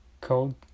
cold